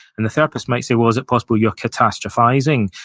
and the therapist might say, well, is it possible you're catastrophizing?